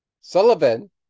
Sullivan